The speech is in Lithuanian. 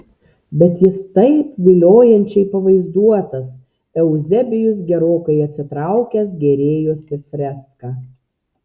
bet jis taip viliojančiai pavaizduotas euzebijus gerokai atsitraukęs gėrėjosi freska